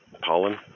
pollen